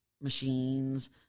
machines